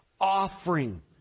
offering